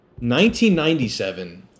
1997